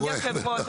כבוד היושב-ראש,